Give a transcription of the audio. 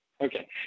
Okay